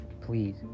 please